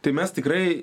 tai mes tikrai